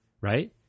right